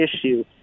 issue